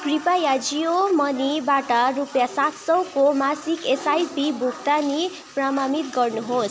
कृपया जियो मनीबाट रुपियाँ सात सयको मासिक एसआइपी भुक्तानी प्रमाणित गर्नुहोस्